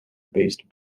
based